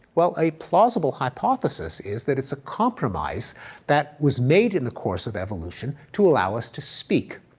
well, a plausible hypothesis is that it's a compromise that was made in the course of evolution to allow us to speak.